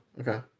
Okay